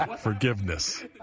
Forgiveness